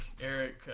Eric